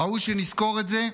ראוי שנזכור את זה,